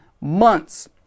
months